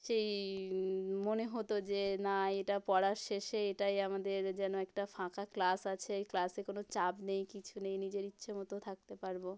সেই মনে হতো যে না এটা পড়ার শেষে এটাই আমাদের যেন একটা ফাঁকা ক্লাস আছে এই ক্লাসে কোনো চাপ নেই কিছু নেই নিজের ইচ্ছে মতো থাকতে পারবো